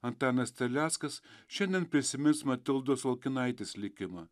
antanas terleckas šiandien prisimins matildos olkinaitės likimą